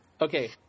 Okay